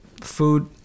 food